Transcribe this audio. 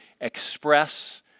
express